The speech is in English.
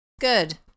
Good